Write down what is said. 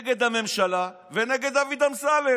נגד הממשלה ונגד דוד אמסלם.